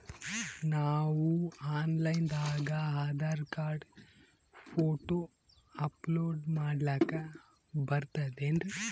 ನಾವು online ದಾಗ Aadhaar card, photo upload ಮಾಡ್ಲಕ ಬರ್ತದೇನ್ರಿ?